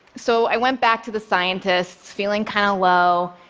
so i went back to the scientists feeling kind of low,